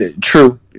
true